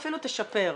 תשפר.